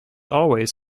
always